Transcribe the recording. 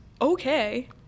okay